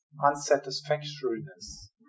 unsatisfactoriness